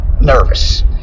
nervous